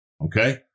okay